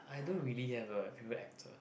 I don't really have a favourite actor